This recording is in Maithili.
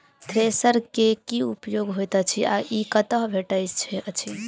थ्रेसर केँ की उपयोग होइत अछि आ ई कतह भेटइत अछि?